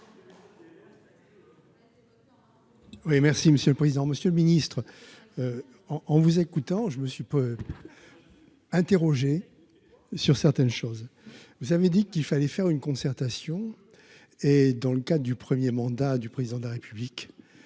merci Monsieur le président, Monsieur le Ministre, en en vous écoutant, je me suis peu interrogé sur certaines choses, vous avez dit qu'il fallait faire une concertation et dans le cas du 1er mandat du président de la République,